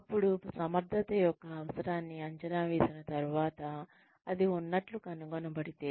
అప్పుడు సమర్థత యొక్క అవసరాన్ని అంచనా వేసిన తర్వాత అది ఉన్నట్లు కనుగొనబడితే